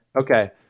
Okay